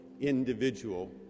individual